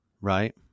right